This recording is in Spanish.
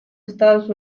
estados